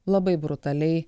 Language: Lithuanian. labai brutaliai